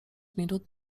minut